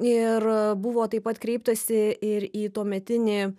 ir buvo taip pat kreiptasi ir į tuometinį